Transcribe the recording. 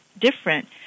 different